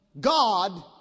God